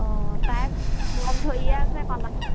অঁ তাই লগ ধৰিয়ে আছে